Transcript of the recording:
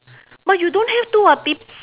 but you don't have to [what] pe~